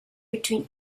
between